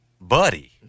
buddy